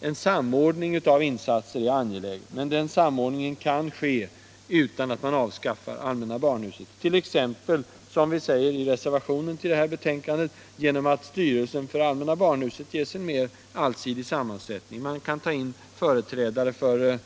Det är klart att en samordning av insatser är angelägen, men den samordningen kan ske utan att allmänna barnhuset avskaffas. Den kan ske, som vi säger i reservationen till betänkandet, t.ex. genom att styrelsen för allmänna barnhuset ges en mer allsidig sammansättning. Man kan ta in företrädare för